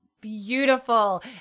beautiful